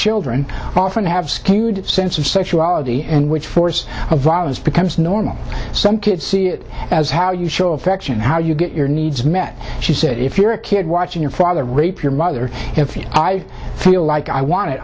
often have skewed sense of sexuality and which force of violence becomes normal some kids see it as how you show affection how you get your needs met she said if you're a kid watching your father rape your mother if i feel like i want it